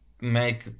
make